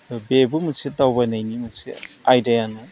बेबो मोनसे दावबायनायनि मोनसे आयदायानो